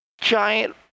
Giant